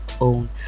own